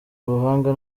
ubuhanga